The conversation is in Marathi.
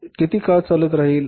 तर हे किती काळ चालत राहील